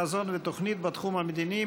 חזון ותוכנית בתחום המדיני,